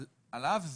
על אף זאת,